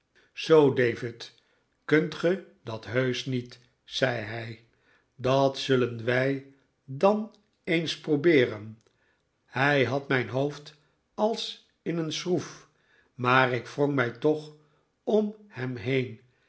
zoo david kunt ge dat heusch niet zei hij dat zullen wij dan eens probeeren hij had mijn hoofd als in een schroef maar ik wrong mij toch om hem heen